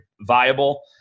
viable